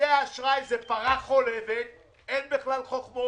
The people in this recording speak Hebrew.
כרטיסי האשראי זה פרה חולבת, אין בכלל חוכמות.